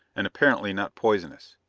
and apparently not poisonous.